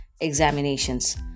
examinations